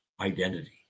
identity